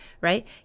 right